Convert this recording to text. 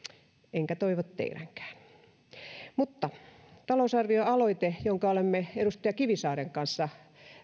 enkä toivo teidänkään ajattelevan mutta talousarvioaloite jonka olemme edustaja kivisaaren kanssa